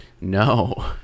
No